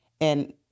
And-